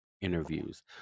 interviews